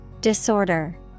Disorder